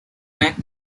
neck